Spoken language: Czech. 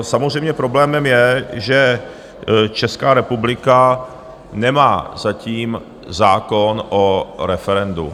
Samozřejmě problémem je, že Česká republika nemá zatím zákon o referendu.